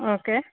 okay